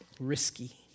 risky